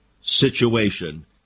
situation